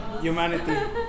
humanity